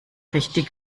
richtig